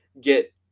get